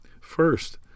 first